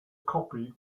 copy